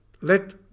let